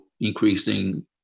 increasing